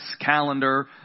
calendar